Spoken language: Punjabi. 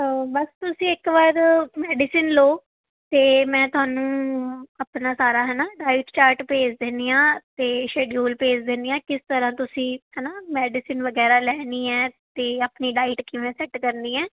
ਬਸ ਤੁਸੀਂ ਇੱਕ ਵਾਰ ਮੈਡੀਸਨ ਲਓ ਅਤੇ ਮੈਂ ਤੁਹਾਨੂੰ ਆਪਣਾ ਸਾਰਾ ਹੈ ਨਾ ਡਾਈਟ ਚਾਰਟ ਭੇਜ ਦਿੰਦੀ ਹਾਂ ਅਤੇ ਸ਼ੈਡਿਊਲ ਭੇਜ ਦਿੰਦੀ ਹਾਂ ਕਿਸ ਤਰ੍ਹਾਂ ਤੁਸੀਂ ਹੈ ਨਾ ਮੈਂ ਮੈਡੀਸਨ ਵਗੈਰਾ ਲੈਣੀ ਹੈ ਅਤੇ ਆਪਣੀ ਡਾਇਟ ਕਿਵੇਂ ਸੈੱਟ ਕਰਨੀ ਹੈ